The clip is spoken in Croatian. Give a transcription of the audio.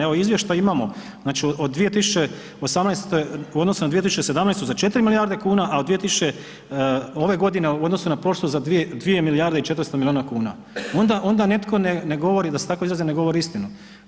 Evo izvještaj imamo znači od 2018. u odnosu na 2017. za 4 milijarde kuna, a od ove godine u odnosu na prošlu za 2 milijarde i 400 milijuna kuna, onda neko da se tako izrazim ne govori istinu.